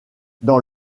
dans